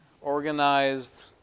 organized